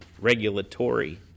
regulatory